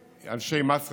אנשי מס רכוש,